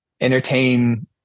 entertain